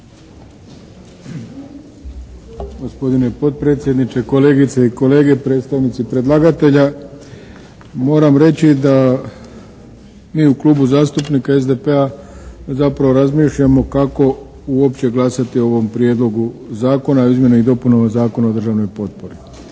Gospodine potpredsjedniče, kolegice i kolege, predstavnici predlagatelja. Moram reći da mi u Klubu zastupnika SDP-a zapravo razmišljamo kako uopće glasati o ovom Prijedlogu zakona o izmjenama i dopunama Zakona o državnoj potpori.